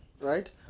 right